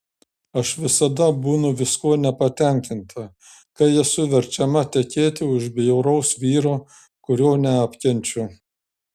aš visada būnu viskuo nepatenkinta kai esu verčiama tekėti už bjauraus vyro kurio neapkenčiu